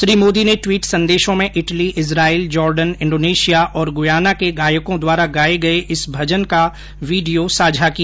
श्री मोदी ने ट्वीट संदेशों में इटली इस्राइल जॉर्डन इंदोनेशिया और गुयाना के गायकों द्वारा गाए गए इस भजन का वीडियो साझा किया